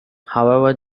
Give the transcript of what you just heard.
however